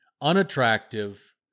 unattractive